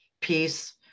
peace